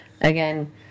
Again